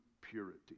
purity